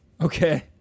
Okay